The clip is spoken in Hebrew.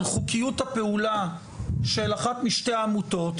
חוקיות הפעולה של אחת משתי העמותות,